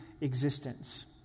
existence